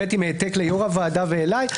עם העתק ליו"ר הוועדה ואליי,